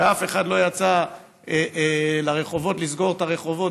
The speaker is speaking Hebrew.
ואף אחד לא יצא לרחובות לסגור את הרחובות